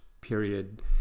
period